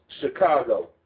Chicago